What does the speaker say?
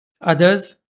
Others